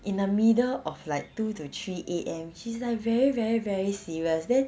in the middle of like two to three A_M she's like very very very serious then